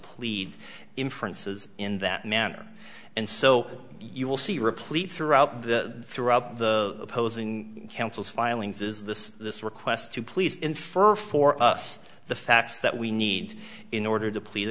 plead inferences in that manner and so you will see replete throughout the throughout the opposing counsel's filings is this this request to please infer for us the facts that we need in order to plea